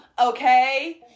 okay